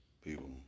people